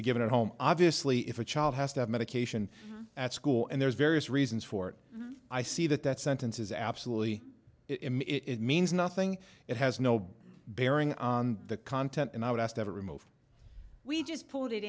be given at home obviously if a child has to have medication at school and there's various reasons for it i see that that sentence is absolutely it means nothing it has no bearing on the content and i would ask every move we just put it